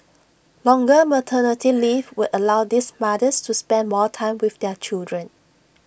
longer maternity leave will allow these mothers to spend more time with their children